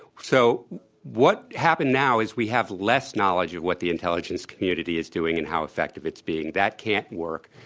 so what happened now is we have less knowledge of what the intelligence community is doing and how effective it's being. that can't work.